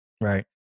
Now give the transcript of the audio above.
Right